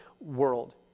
world